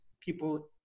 people